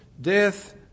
death